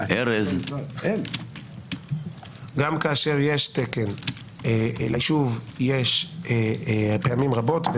גם כאשר יש תקן ליישוב יש פעמים רבות,